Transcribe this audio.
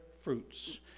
fruits